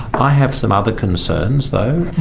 i have some other concerns though